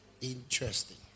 Interesting